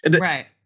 Right